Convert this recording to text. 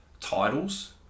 titles